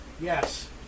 yes